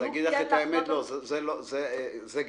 יוכלו כן לחנות --- זה גם היה,